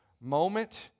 moment